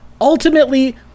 ultimately